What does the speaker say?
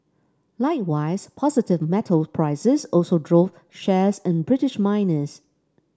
likewise positive metals prices also drove shares in British miners